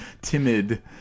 timid